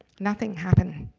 nothing happened.